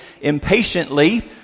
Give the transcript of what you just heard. impatiently